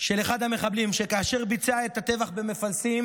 של אחד המחבלים שכאשר ביצע את הטבח במפלסים